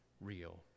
real